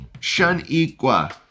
Shaniqua